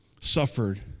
suffered